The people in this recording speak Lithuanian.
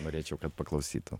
norėčiau kad paklausytų